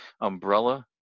umbrella